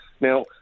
Now